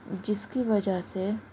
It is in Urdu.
جس کی وجہ سے